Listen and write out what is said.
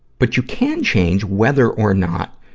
but you can change whether or not